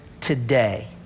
today